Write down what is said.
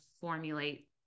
formulate